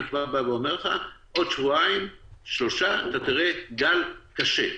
אני כבר בא ואומר לך שבעוד שבועיים-שלושה אתה תראה גל קשה.